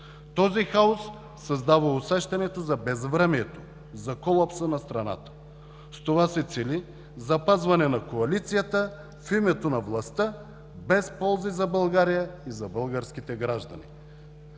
Този хаос създава усещането за безвремието, за колапса на страната. С това се цели запазване на коалицията в името на властта без ползи за България и за българските граждани.